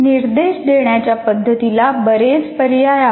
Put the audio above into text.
निर्देश देण्याच्या पद्धतीला बरेच पर्याय आहेत